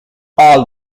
all